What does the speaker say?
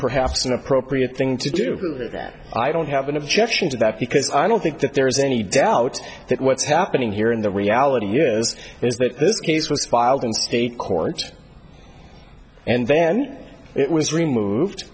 perhaps an appropriate thing to do that i don't have an objection to that because i don't think that there's any doubt that what's happening here in the reality is is that this case was filed in state court and then it was removed